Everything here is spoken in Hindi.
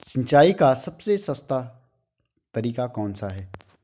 सिंचाई का सबसे सस्ता तरीका कौन सा है?